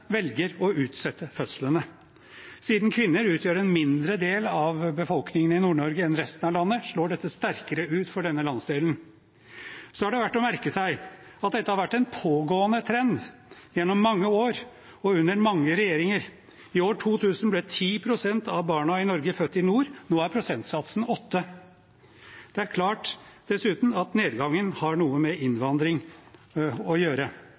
velger å utsette fødslene. Siden kvinner utgjør en mindre del av befolkningen i Nord-Norge enn resten av landet, slår dette sterkere ut for denne landsdelen. Det er verdt å merke seg at dette har vært en pågående trend gjennom mange år og under mange regjeringer. I år 2000 ble 10 pst. av barna i Norge født i nord, nå er prosentsatsen 8. Det er dessuten klart at nedgangen har noe med innvandring å gjøre,